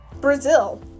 Brazil